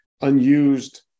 unused